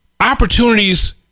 Opportunities